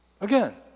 Again